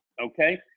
Okay